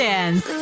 Dance